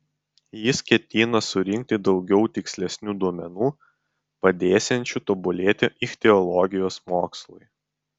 jis ketina surinkti daugiau tikslesnių duomenų padėsiančių tobulėti ichtiologijos mokslui